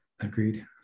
Agreed